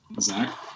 Zach